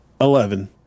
Eleven